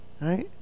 Right